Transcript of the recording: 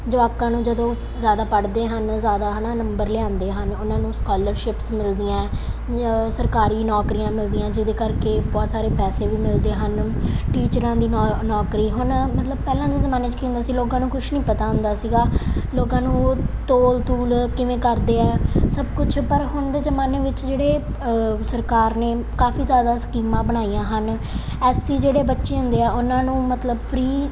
ਜਵਾਕਾਂ ਨੂੰ ਜਦੋਂ ਜ਼ਿਆਦਾ ਪੜ੍ਹਦੇ ਹਨ ਜ਼ਿਆਦਾ ਹੈ ਨਾ ਨੰਬਰ ਲਿਆਉਂਦੇ ਹਨ ਉਹਨਾਂ ਨੂੰ ਸਕਾਲਰਸ਼ਿਪਸ ਮਿਲਦੀਆਂ ਸਰਕਾਰੀ ਨੌਕਰੀਆਂ ਮਿਲਦੀਆਂ ਜਿਹਦੇ ਕਰਕੇ ਬਹੁਤ ਸਾਰੇ ਪੈਸੇ ਵੀ ਮਿਲਦੇ ਹਨ ਟੀਚਰਾਂ ਦੀ ਨੌ ਨੌਕਰੀ ਹੁਣ ਮਤਲਬ ਪਹਿਲਾਂ ਦੇ ਜ਼ਮਾਨੇ 'ਚ ਕੀ ਹੁੰਦਾ ਸੀ ਲੋਕਾਂ ਨੂੰ ਕੁਛ ਨਹੀਂ ਪਤਾ ਹੁੰਦਾ ਸੀਗਾ ਲੋਕਾਂ ਨੂੰ ਉਹ ਤੋਲ ਤੂਲ ਕਿਵੇਂ ਕਰਦੇ ਆ ਸਭ ਕੁਛ ਪਰ ਹੁਣ ਦੇ ਜ਼ਮਾਨੇ ਵਿੱਚ ਜਿਹੜੇ ਸਰਕਾਰ ਨੇ ਕਾਫੀ ਜ਼ਿਆਦਾ ਸਕੀਮਾਂ ਬਣਾਈਆਂ ਹਨ ਐਸ ਸੀ ਜਿਹੜੇ ਬੱਚੇ ਹੁੰਦੇ ਆ ਉਹਨਾਂ ਨੂੰ ਮਤਲਬ ਫਰੀ